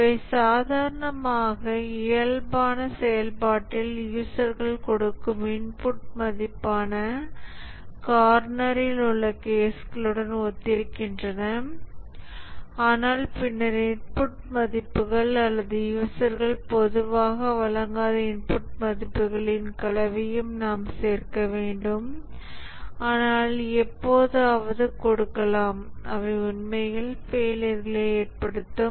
இவை சாதாரணமாக இயல்பான செயல்பாட்டில் யூசர்கள் கொடுக்கும் இன்புட் மதிப்பான கார்னரில் உள்ள கேஸ்களுடன் ஒத்திருக்கின்றன ஆனால் பின்னர் இன்புட் மதிப்புகள் அல்லது யூசர்கள் பொதுவாக வழங்காத இன்புட் மதிப்புகளின் கலவையும் நாம் சேர்க்க வேண்டும் ஆனால் எப்போதாவது கொடுக்கலாம் அவை உண்மையில் ஃபெயிலியர்களை ஏற்படுத்தும்